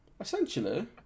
Essentially